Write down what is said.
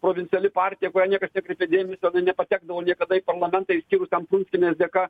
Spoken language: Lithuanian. provinciali partija į kurią niekas nekreipė dėmesio jinai nepatekdavo niekada į parlamentą išskyrus ten prunskienės dėka